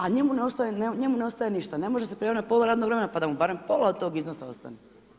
A njemu ne ostaje ništa, ne može se prijaviti na pola radnog vremena, pa da mu barem pola od toga iznosa ostaje.